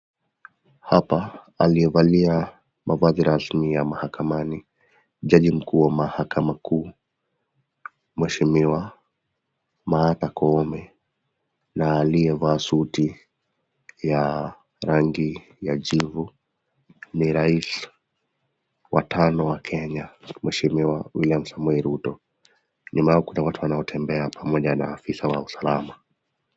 Hapa aliyevalia mavazi rasmi ya mahakamani ni jaji mkuu wa mahakama kuu mheshimiwa Martha Koome na aliyevaa suti ya rangi ya jivu ni rais wa tano wa kenya mheshimiwa William Samoei Ruto nyuma yao kuna watu wanaotembea pamoja na afisa wa usalama.